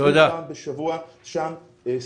נשאיר פעם בשבוע שם סניף,